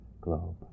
globe